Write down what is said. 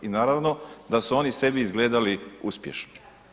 I naravno da su oni sebi izgledali uspješno.